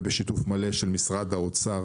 ובשיתוף מלא של משרד האוצר,